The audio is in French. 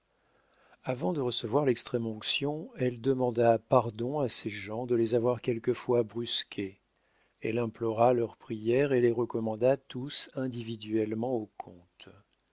avant de recevoir lextrême onction elle demanda pardon à ses gens de les avoir quelquefois brusqués elle implora leurs prières et les recommanda tous individuellement au comte